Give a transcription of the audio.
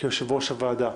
כיושב-ראש הוועדה.